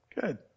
good